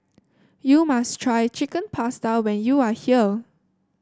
you must try Chicken Pasta when you are here